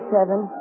Seven